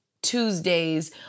Tuesdays